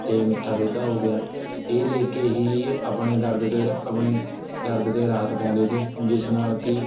ਅਤੇ ਮਿੱਠਾ ਸੋਢਾ ਹੋ ਗਿਆ ਇਹ ਲੈ ਕੇ ਹੀ ਰ ਆਪਣੇ ਦਰਦ ਤੇ ਆਪਣੀ ਦਰਦ ਤੇ ਰਾਹਤ ਪਾਉਂਦੇ ਤੇ ਜਿਸ ਨਾਲ ਕਿ